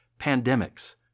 pandemics